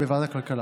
בוועדת הכלכלה.